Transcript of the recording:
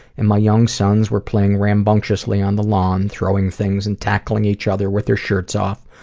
and my young sons were playing rambunctiously on the lawn, throwing things and tackling each other with their shirts off.